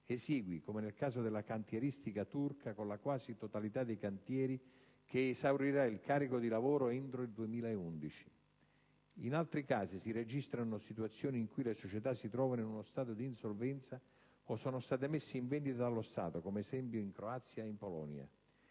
esigui, come nel caso della cantieristica turca, con la quasi totalità dei cantieri che esaurirà il carico di lavoro entro il 2011. In altri casi si registrano situazioni in cui le società si trovano in uno stato d'insolvenza o sono state messe in vendita dallo Stato (come, ad esempio, in Croazia e Polonia).